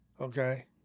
Okay